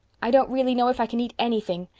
i don't really know if i can eat anything.